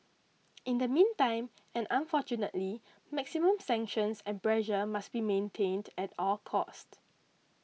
in the meantime and unfortunately maximum sanctions and pressure must be maintained at all costs